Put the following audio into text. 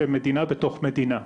שהם מדינה בתוך מדינה.